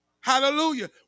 hallelujah